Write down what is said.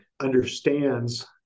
understands